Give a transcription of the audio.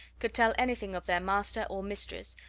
could tell anything of their master or mistress,